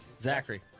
Zachary